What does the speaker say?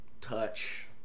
touch